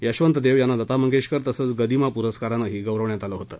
यशवंत देव यांना लता मगेशकर तसंच गदिमा प्रस्कारानंही गौरवण्यात आलं होतं